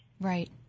right